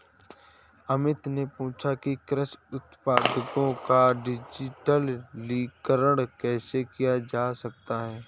अमित ने पूछा कि कृषि उत्पादों का डिजिटलीकरण कैसे किया जा सकता है?